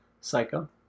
Psycho